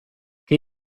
che